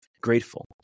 grateful